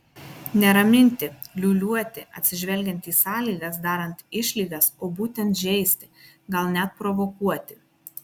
ne raminti liūliuoti atsižvelgiant į sąlygas darant išlygas o būtent žeisti gal net provokuoti